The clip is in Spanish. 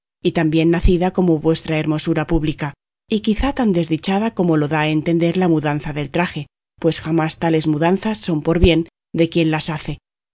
y tan bien nacida como vuestra hermosura publica y quizá tan desdichada como lo da a entender la mudanza del traje pues jamás tales mudanzas son por bien de quien las hace